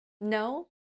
No